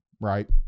right